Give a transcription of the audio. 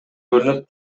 көрүнөт